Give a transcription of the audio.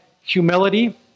humility